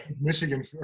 Michigan